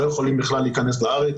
לא יכולים בכלל להיכנס לארץ